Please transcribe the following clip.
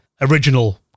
original